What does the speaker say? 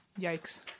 Yikes